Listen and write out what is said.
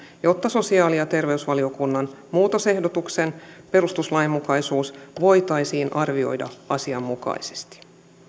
jotta sosiaali ja terveysvaliokunnan muutosehdotuksen perustuslainmukaisuus voitaisiin arvioida asianmukaisesti